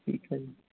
ਠੀਕ ਹੈ ਜੀ